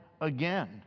again